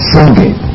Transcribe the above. Singing